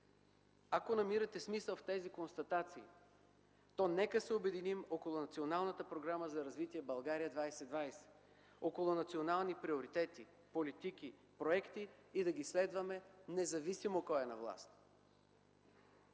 Ако намирате смисъл в тези констатации, то нека се обединим около националната програма за развитие „България 2020”, около национални приоритети, политики, проекти и да ги следваме, независимо кой е на власт.